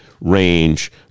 range